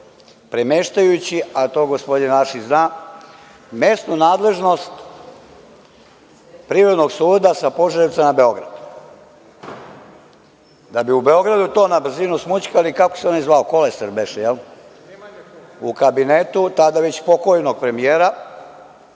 premeštajući, a to gospodin Arsić zna, mesnu nadležnost privrednog suda iz Požarevca na Beograd da bi u Beogradu na brzinu smućkali, kako se onaj zvao, Kolesar, u kabinetu tada već pokojnog premijera,